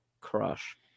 Crush